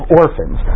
orphans